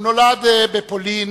הוא נולד בפולין